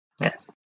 Yes